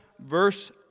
verse